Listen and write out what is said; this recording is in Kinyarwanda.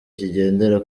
kigendera